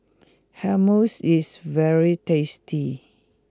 Hummus is very tasty